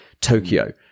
tokyo